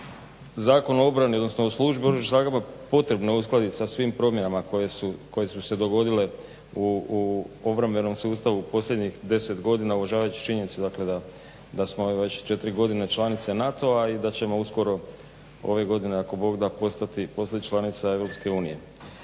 Zakon o obrani, odnosno službi u Oružanim snagama potrebno je uskladiti sa svim promjenama koje su se dogodile u obrambenom sustavu posljednjih 10 godina uvažavajući činjenicu dakle da smo već četiri godine članice NATO-a i da ćemo uskoro ove godine, ako Bog da, postati članica EU.